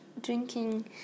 drinking